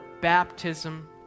baptism